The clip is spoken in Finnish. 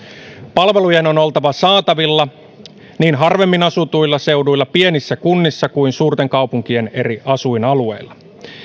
palvelujen on oltava saatavilla niin harvemmin asutuilla seuduilla pienissä kunnissa kuin suurten kaupunkien eri asuinalueilla